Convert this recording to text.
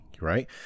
right